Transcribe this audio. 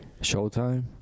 Showtime